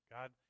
God